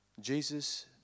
jesus